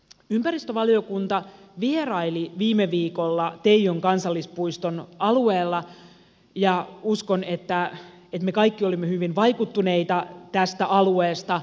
ympäristövaliokunta vieraili viime viikolla teijon kansallispuiston alueella ja uskon että me kaikki olimme hyvin vaikuttuneita tästä alueesta